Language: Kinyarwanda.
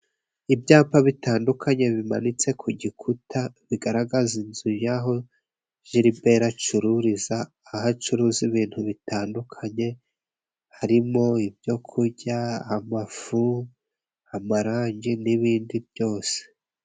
Ibyapa bitandukanye bimanitse ku gikuta bigaragaza inzu y'aho Jiriberi acururiza, aho acuruza ibintu bitandukanye harimo ibyo kurya, amafu, amarangi n'ibindi byose.